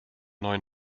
neuen